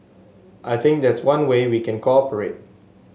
I think that's one way we can cooperate